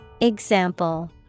Example